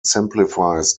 simplifies